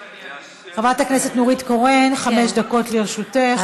חברת הכנסת נורית קורן, חמש דקות לרשותך.